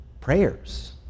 prayers